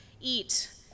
eat